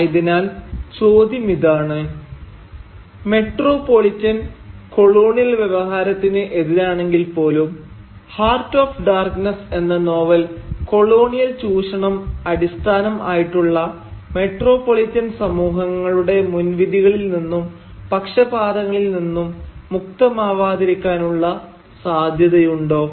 ആയതിനാൽ ചോദ്യമിതാണ് metropolitan colonial വ്യവഹാരത്തിന് എതിരാണെങ്കിൽ പോലും 'ഹാർട്ട് ഓഫ് ഡാർക്നെസ്' എന്ന നോവൽ കൊളോണിയൽ ചൂഷണം അടിസ്ഥാനം ആയിട്ടുള്ള മെട്രോപൊളിറ്റൻ സമൂഹങ്ങളുടെ മുൻവിധികളിൽ നിന്നും പക്ഷപാതങ്ങളിൽ നിന്നും മുക്തമാവാതിരിക്കാനുള്ള സാധ്യതയുണ്ടോ